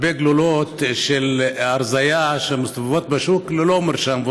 הרבה גלולות של הרזיה שמסתובבות בשוק ללא מרשם,